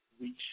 reach